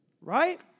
Right